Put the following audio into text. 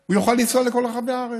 והוא יוכל לנסוע לכל רחבי הארץ.